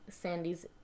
Sandy's